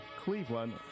Cleveland